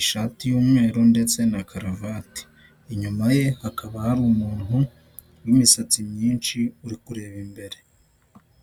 ishati y'umweru, ndetse na karavati inyuma ye hakaba hari umuntu w'imisatsi myinshi uri kureba imbere.